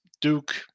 Duke